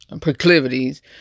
proclivities